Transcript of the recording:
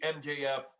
MJF